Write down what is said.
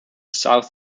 south